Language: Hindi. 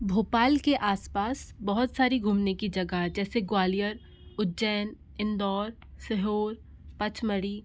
भोपाल के आसपास बहुत सारी घूमने की जगह है जैसे ग्वालियर उज्जैन इंदौर शिहोर पचमढ़ी